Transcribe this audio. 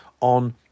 on